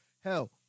Hell